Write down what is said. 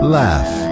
laugh